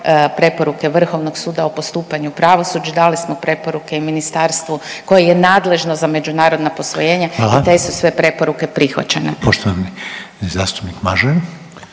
preporuke Vrhovnog suda o postupanju u pravosuđu, dali smo preporuke i ministarstvu koje je nadležno za međunarodna posvojenja … …/Upadica Reiner: Hvala./… … i te su sve